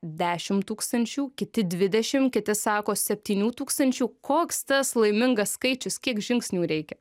dešim tūkstančių kiti dvidešim kiti sako septinių tūkstančių koks tas laimingas skaičius kiek žingsnių reikia